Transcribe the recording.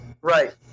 right